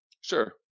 Sure